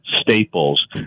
staples